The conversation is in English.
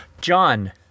John